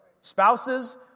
Spouses